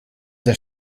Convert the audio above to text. der